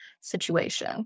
situation